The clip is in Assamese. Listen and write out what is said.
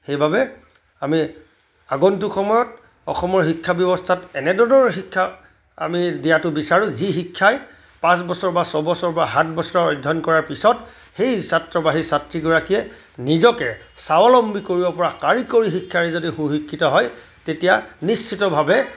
সেইবাবে আমি আগন্তুক সময়ত অসমৰ শিক্ষা ব্যৱস্থাত এনেধৰণৰ শিক্ষা আমি দিয়াটো বিচাৰোঁ যি শিক্ষাই পাঁচ বছৰ বা ছয়বছৰ বা সাত বছৰ অধ্যয়ন কৰাৰ পিছত সেই ছাত্ৰ বা সেই ছাত্ৰীগৰাকীয়ে নিজকে স্বাৱলম্বী কৰিব পৰা কাৰিকৰী শিক্ষাৰে যাতে সুশিক্ষিত হয় তেতিয়া নিশ্চিতভাৱে